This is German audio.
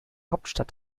hauptstadt